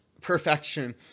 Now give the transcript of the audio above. perfection